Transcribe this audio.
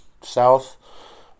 south